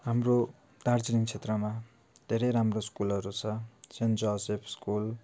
हाम्रो दार्जिलिङ क्षेत्रमा धेरै राम्रो स्कुलहरू छ सेन्ट जोसेफ स्कुल